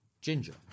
ginger